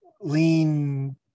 lean